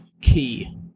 key